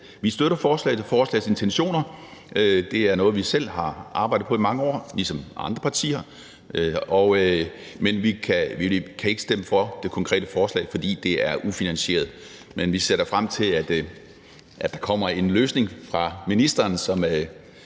forslaget og forslagets intentioner. Det er noget, vi selv har arbejdet på i mange år, ligesom andre partier har, men vi kan ikke stemme for det konkrete forslag, fordi det er ufinansieret. Men vi ser da frem til, at der kommer en løsning fra ministeren,